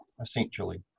essentially